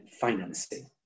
financing